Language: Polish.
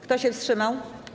Kto się wstrzymał?